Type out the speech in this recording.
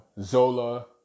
Zola